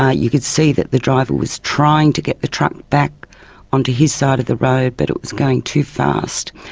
ah you could see that the driver was trying to get the truck back onto his side of the road but it was going too fast.